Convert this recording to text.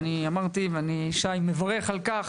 ואני מברך על כך